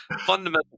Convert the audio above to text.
Fundamental